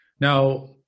Now